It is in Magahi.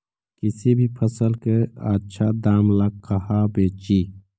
किसी भी फसल के आछा दाम ला कहा बेची?